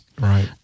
Right